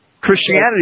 Christianity